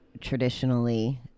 traditionally